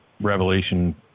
Revelation